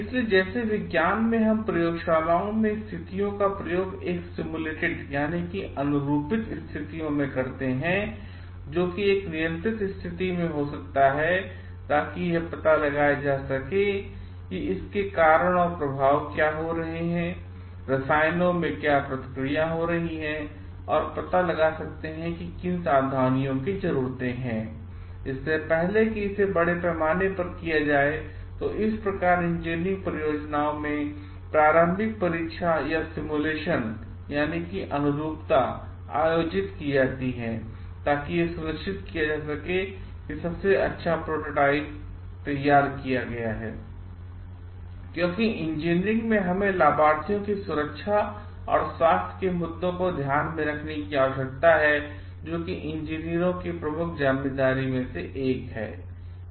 इसलिए जैसे विज्ञान में हम प्रयोगशालाओं में स्थितियों का प्रयोग एक सिम्युलेटेड आयोजित किए जाते हैं ताकि यह सुनिश्चित किया जा सके कि सबसे अच्छा प्रोटोटाइप तैयार किया गया है क्योंकि इंजीनियरिंग में हमें लाभार्थियों की सुरक्षा और स्वास्थ्य के मुद्दों को ध्यान में रखने की आवश्यकता है जो कि इंजीनियरों की प्रमुख जिम्मेदारियों में से एक हैं